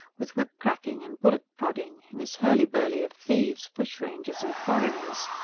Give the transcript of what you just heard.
with whip-cracking and bullock-prodding in this hurly-burly of thieves, bushrangers and foreigners,